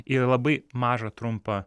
į labai mažą trumpą